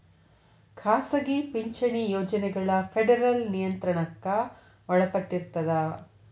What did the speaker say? ಖಾಸಗಿ ಪಿಂಚಣಿ ಯೋಜನೆಗಳ ಫೆಡರಲ್ ನಿಯಂತ್ರಣಕ್ಕ ಒಳಪಟ್ಟಿರ್ತದ